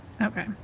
Okay